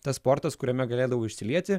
tas sportas kuriame galėdavau išsilieti